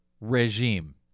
regime